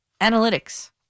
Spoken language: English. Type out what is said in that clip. analytics